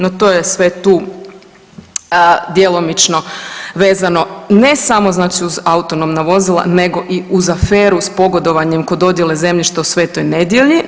No to je sve tu djelomično vezano ne samo znači uz autonomna vozila nego i uz aferu s pogodovanjem kod dodjele zemljišta u Svetoj Nedjelji.